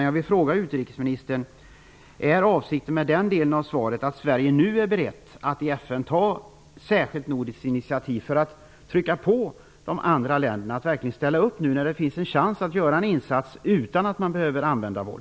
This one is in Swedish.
Jag vill fråga: Menar utrikesministern med den delen av svaret att Sverige nu är berett att i FN ta ett särskilt nordiskt initiativ för att trycka på de andra länderna att verkligen ställa upp? Nu finns det ju en chans att göra en insats utan att man behöver använda våld.